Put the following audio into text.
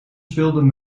speelden